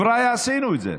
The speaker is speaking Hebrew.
וחבריא, עשינו את זה,